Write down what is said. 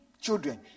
children